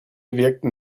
wirkten